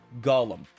Gollum